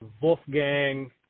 Wolfgang